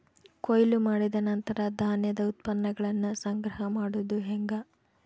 ಕೊಯ್ಲು ಮಾಡಿದ ನಂತರ ಧಾನ್ಯದ ಉತ್ಪನ್ನಗಳನ್ನ ಸಂಗ್ರಹ ಮಾಡೋದು ಹೆಂಗ?